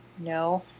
No